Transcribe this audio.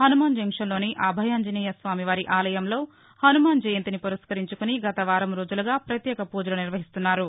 హసుమాన్ జంక్షన్లోని అభయాంజనేయస్వామివారి ఆలయంలో హసుమాన్ జయంతిని పురస్కరించుకుని గత వారం రోజులుగా పత్యేక పూజలు నిర్వహిస్తున్నారు